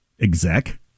exec